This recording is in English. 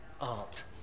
art